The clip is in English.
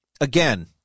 again